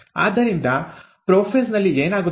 ಆದ್ದರಿಂದ ಪ್ರೊಫೇಸ್ ನಲ್ಲಿ ಏನಾಗುತ್ತದೆ